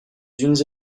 unes